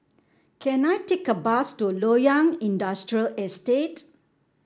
can I take a bus to Loyang Industrial Estate